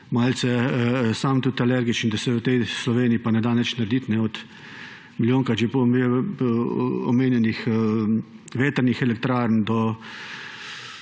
malce sam alergičen, da se v tej Sloveniji ne da nič narediti od milijonkrat omenjenih vetrnih elektrarn do